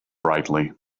brightly